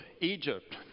Egypt